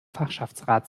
fachschaftsrat